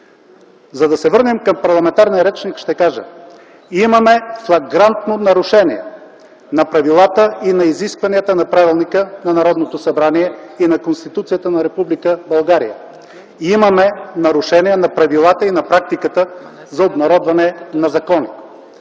За да се върнем към парламентарния речник, ще кажа – имаме флагрантно нарушение на правилата и на изискванията на Правилника на Народното събрание и на Конституцията на Република България. Имаме нарушения на правилата и на практиката за обнародване на закони.